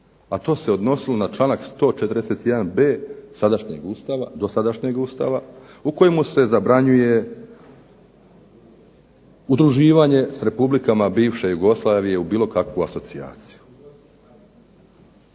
a to se odnosilo na članak 141b. sadašnjeg Ustava, dosadašnjeg Ustava u kojemu se zabranjuje udruživanje sa republikama bivše Jugoslavije u bilo kakvu asocijaciju,